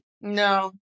No